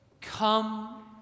Come